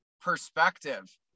perspective